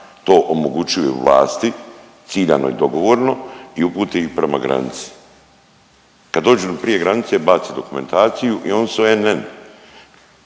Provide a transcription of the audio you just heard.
to omogućuju vlasti ciljano i dogovorno i upute ih prema granici. Kad dođu prije granice bace dokumentaciju i oni su nn,